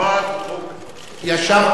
כבוד ראש הממשלה,